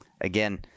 again